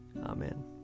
Amen